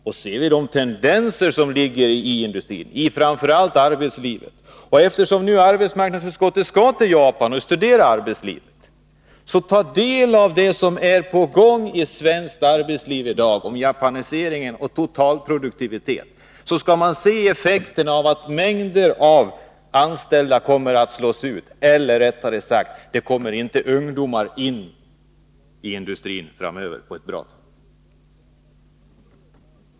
Ni ser väl de tendenser som finns i industrin, i arbetslivet. Eftersom arbetsmarknadsutskottet nu skall resa till Japan och studera arbetslivet, så ta del av det som är på gång av japanisering och totalproduktivitet i svenskt arbetsliv avi dag! Det får effekten att mängder av anställda kommer att slås ut eller att ungdomar inte kommer in i industrin på ett bra tag framöver.